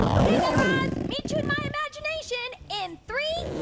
ok, guy raz, meet you in my imagination in three,